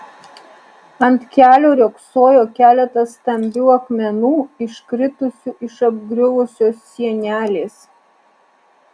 ant kelio riogsojo keletas stambių akmenų iškritusių iš apgriuvusios sienelės